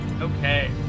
Okay